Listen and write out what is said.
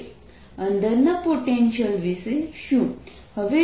rR Vr0r0Rr2dr4πρR34π×30r14π0Qr અંદરના potential વિશે શું